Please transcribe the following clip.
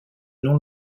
non